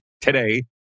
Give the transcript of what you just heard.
today